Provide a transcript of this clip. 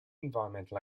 environmental